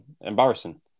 Embarrassing